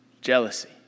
jealousy